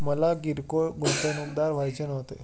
मला किरकोळ गुंतवणूकदार व्हायचे नव्हते